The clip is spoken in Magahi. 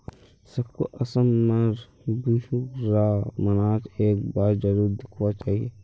सबको असम में र बिहु र नाच एक बार जरुर दिखवा चाहि